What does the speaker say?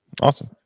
awesome